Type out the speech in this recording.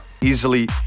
easily